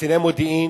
קציני מודיעין,